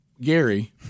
Gary